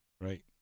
right